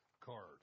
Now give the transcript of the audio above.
card